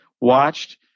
watched